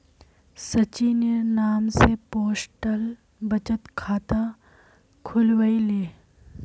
सचिनेर नाम स पोस्टल बचत खाता खुलवइ ले